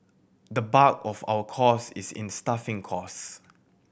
the bulk of our cost is in staffing cost